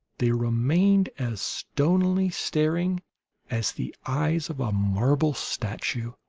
they remained as stonily staring as the eyes of a marble statue.